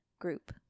group